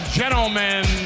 gentlemen